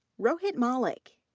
rohit mallick.